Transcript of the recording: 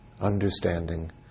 understanding